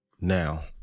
now